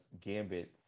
Gambit